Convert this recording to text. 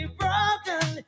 broken